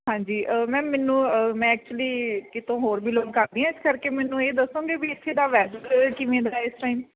ਹਾਂਜੀ ਮੈਮ ਮੈਨੂੰ ਮੈਂ ਐਕਚੁਲੀ ਕਿਤੋਂ ਹੋਰ ਬਿਲੋਂਗ ਕਰਦੀ ਹਾਂ ਇਸ ਕਰਕੇ ਮੈਨੂੰ ਇਹ ਦੱਸੋਗੇ ਵੀ ਇੱਥੇ ਦਾ ਵੈਦਰ ਕਿਵੇਂ ਦਾ ਏ ਇਸ ਟਾਈਮ